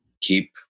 Keep